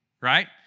right